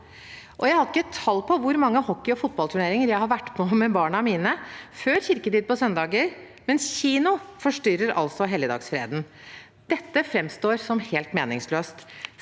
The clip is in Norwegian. Jeg har ikke tall på hvor mange hockey- og fotballturneringer jeg har vært på med barna mine før kirketid på søndager, men kino forstyrrer altså helligdagsfreden. Dette framstår som helt meningsløst.